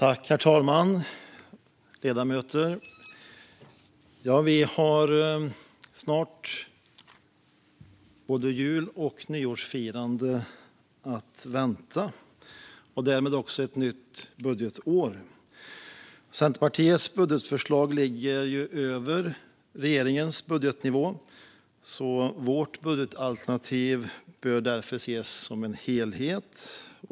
Herr talman! Ledamöter! Vi har snart både jul och nyårsfirande att vänta och därmed också ett nytt budgetår. Centerpartiets budgetförslag ligger över regeringens budgetnivå, och Centerpartiets budgetalternativ bör ses som en helhet.